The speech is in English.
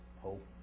hope